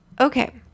okay